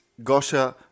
Gosha